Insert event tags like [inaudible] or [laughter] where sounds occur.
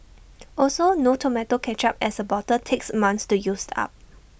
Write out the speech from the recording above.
[noise] also no more Tomato Ketchup as A bottle takes months to use up